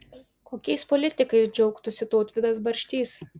kokiais politikais džiaugtųsi tautvydas barštys